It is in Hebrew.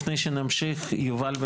יובל,